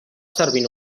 servir